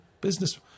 business